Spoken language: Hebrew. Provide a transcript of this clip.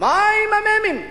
אבל מה עם המ"מים?